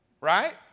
Right